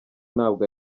ntabwo